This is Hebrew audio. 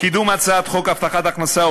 קידום הצעת חוק הבטחת הכנסה,